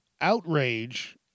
outrage